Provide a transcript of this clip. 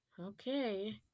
Okay